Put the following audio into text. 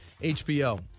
HBO